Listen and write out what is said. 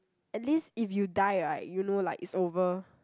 at least if you die right you know like it's over